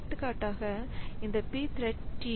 எடுத்துக்காட்டாக இந்த pthread t